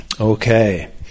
Okay